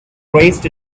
raced